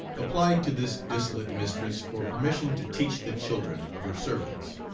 applied to this dissolute mistress for permission to teach the children of her servants.